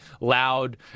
loud